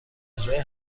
اجرای